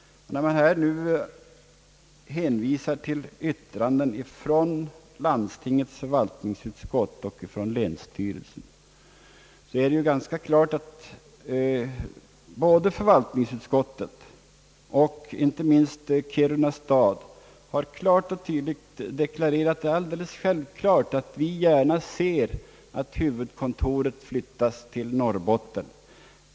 Här har hänvisats till yttranden från landstingets förvaltningsutskott och från länsstyrelsen. Både förvaltningsutskottet och inte minst Kiruna stad har deklarerat — och det är alldeles självklart — att man gärna ser att huvudkontoret flyttas till Norrbotten.